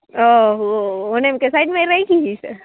ઓહો મને એમ કે સાઈડમાં રાખી હશે